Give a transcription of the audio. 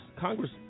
Congress